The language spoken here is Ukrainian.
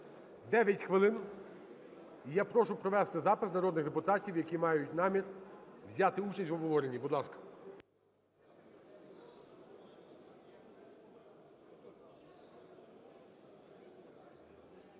9 хвилин. Я прошу провести запис народних депутатів, які мають намір взяти участь в обговоренні. Будь ласка.